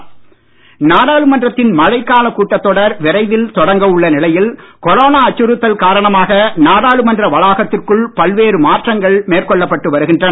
நாடாளுமன்றம் நாடாளுமன்றத்தின் மழைக் காலக் கூட்டத் தொடர் விரைவில் தொடங்க உள்ள நிலையில் கொரோனா அச்சுறுத்தல் காரணமாக நாடாளுமன்ற வளாகத்திற்குள் பல்வேறு மாற்றங்கள் மேற்கொள்ளப்பட்டு வருகின்றன